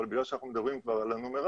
ולכן צריך לבדוק אם בכלל ניתן